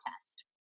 test